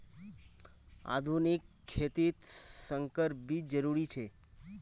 आधुनिक खेतित संकर बीज जरुरी छे